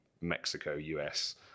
Mexico-US